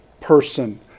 person